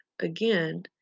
again